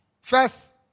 First